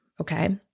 okay